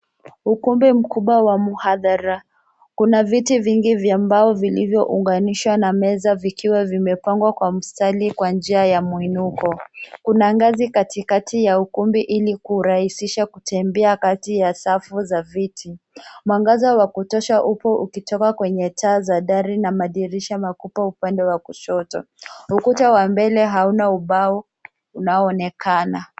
Ukumbi mkubwa wa muhadhara. Kuna viti vingi vya mbao vilivyo unganisha na meza vikiwa vimepangwa kwa mstari kwa njia ya mwinuko. Kuna ngazi katika kati ya ukumbi ili kurahisisha kutembea kati ya safu za viti. Mwangaza wa kutosha upo ukitoka kwenye taa za dari na madirisha makubwa upande wa kushoto. Ukuta wa mbele hauna ubao unaoonekana.